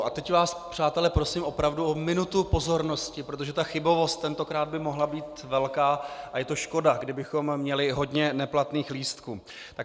A teď vás, přátelé, prosím opravdu o minutu pozornosti, protože ta chybovost tentokrát by mohla být velká a je to škoda, kdybychom měli hodně neplatných lístků.